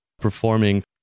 performing